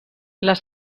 les